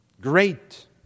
great